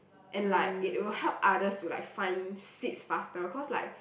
and like it will help others to like find seats faster cause like